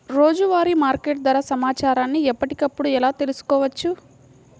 రోజువారీ మార్కెట్ ధర సమాచారాన్ని ఎప్పటికప్పుడు ఎలా తెలుసుకోవచ్చు?